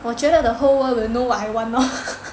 我觉得 the whole world will know what I want lor